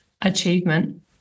achievement